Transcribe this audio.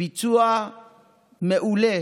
ביצוע מעולה